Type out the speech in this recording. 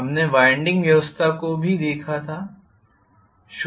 हमने वाइंडिंग व्यवस्था को भी देखा था